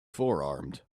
forearmed